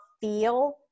feel